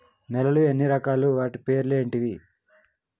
నేలలు ఎన్ని రకాలు? వాటి పేర్లు ఏంటివి?